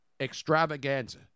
extravaganza